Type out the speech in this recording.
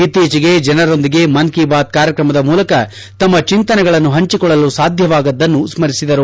ಇತ್ತೀಚೆಗೆ ಜನರೊಂದಿಗೆ ಮನ್ ಕಿ ಬಾತ್ ಕಾರ್ಯಕ್ರಮದ ಮೂಲಕ ತಮ್ಮ ಚಿಂತನೆಗಳನ್ನು ಪಂಚಿಕೊಳ್ಳಲು ಸಾಧ್ಯವಾಗದ್ದನ್ನು ಸ್ಕರಿಸಿದರು